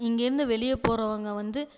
இங்கேயிருந்து வெளியே போகிறவங்க வந்து